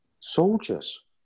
soldiers